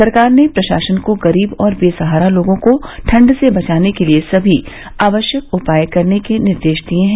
सरकार ने प्रशासन को गरीब और बेसहारा लोगों को ठण्ड से बचाने के लिए सभी आवश्यक उपाय करने के निर्देश दिए हैं